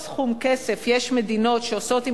שיש מדינות שעושות גדולות ונצורות עם